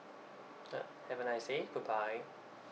uh have a nice day good bye